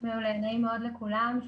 נעים מאוד לכולם.